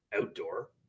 outdoor